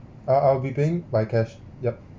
uh I'll be paying by cash yup